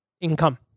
income